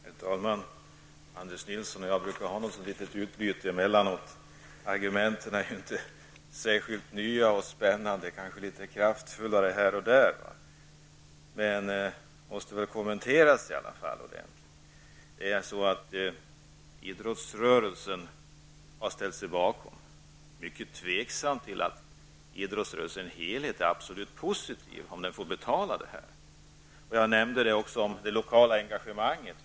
Herr talman! Anders Nilsson och jag brukar ha litet tankeutbyte emellanåt. Argumenten är varken särskilt nya eller särskilt spännande, kanske litet kraftfulla här och där. De måste väl kommenteras i alla fall. Det är mycket tveksamt om idrottsrörelsen i dess helhet är positiv till att man får betala detta. Jag nämnde också det lokala engagemanget.